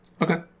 Okay